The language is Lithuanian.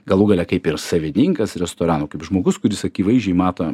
galų gale kaip ir savininkas restoranų kaip žmogus kuris akivaizdžiai mato